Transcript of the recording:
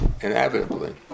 Inevitably